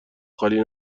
خالی